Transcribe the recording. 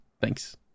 thanks